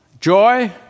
joy